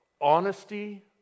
honesty